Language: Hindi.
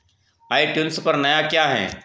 आई ट्यून्स पर नया क्या है